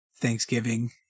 Thanksgiving